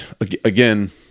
again